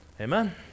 Amen